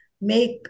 make